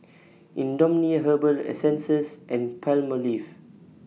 Indomie Herbal Essences and Palmolive